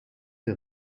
der